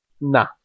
nah